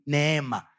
Neema